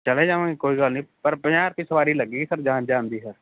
ਚਲੇ ਜਾਵਾਂਗੇ ਕੋਈ ਗੱਲ ਨੀ ਪਰ ਪੰਜਾਹ ਰੁਪਏ ਸੁਆਰੀ ਲੱਗੇਗੀ ਸਰ ਜਾਣ ਜਾਣ ਦੀ ਸਰ